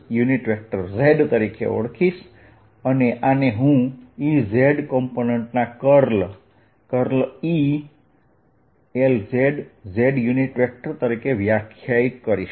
z તરીકે લખીશ અને આને હું Ez કમ્પોનન્ટના કર્લ E| z z તરીકે વ્યાખ્યાયિત કરીશ